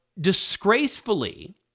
disgracefully